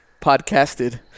podcasted